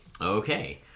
Okay